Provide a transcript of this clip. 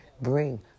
bring